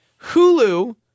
Hulu